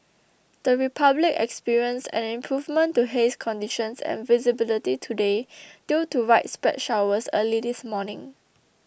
the Republic experienced an improvement to haze conditions and visibility today due to widespread showers early this morning